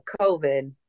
COVID